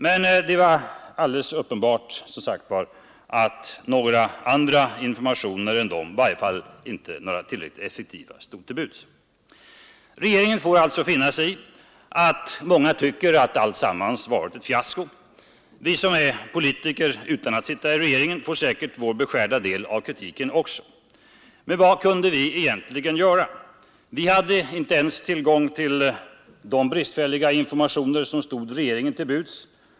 Men några andra informationskanaler än dessa stod inte till buds, i varje fall inga tillräckligt effektiva. Regeringen får alltså finna sig i att många tycker att alltsammans varit ett fiasko. Vi som är politiker utan att sitta i regeringen får säkert vår beskärda del av kritiken också. Men vad kunde vi egentligen göra? Vi hade inte ens tillgång till de bristfälliga informationer som stod regeringen till buds.